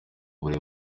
buri